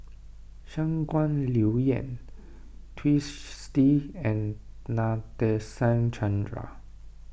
Shangguan Liuyun Twisstii and Nadasen Chandra